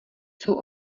jsou